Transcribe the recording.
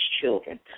children